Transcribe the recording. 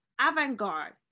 avant-garde